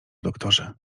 doktorze